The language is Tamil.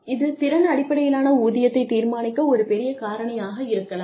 இது திறன் அடிப்படையிலான ஊதியத்தை தீர்மானிக்க ஒரு பெரிய காரணியாக இருக்கலாம்